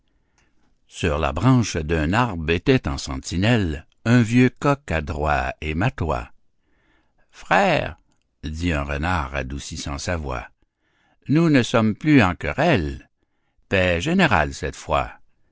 sur la branche d'un arbre était en sentinelle un vieux coq adroit et matois frère dit un renard adoucissant sa voix nous ne sommes plus en querelle paix générale cette fois